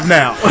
now